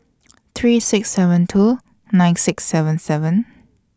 three six seven two nine six seven seven